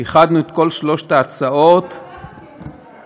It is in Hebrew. איחדנו את כל שלוש ההצעות, מה?